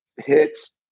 hits